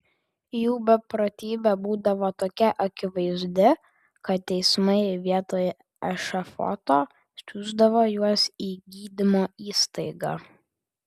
jų beprotybė būdavo tokia akivaizdi kad teismai vietoje ešafoto siųsdavo juos į gydymo įstaigą